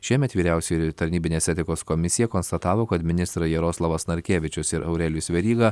šiemet vyriausioji tarnybinės etikos komisija konstatavo kad ministrai jaroslavas narkevičius ir aurelijus veryga